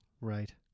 Right